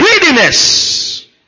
greediness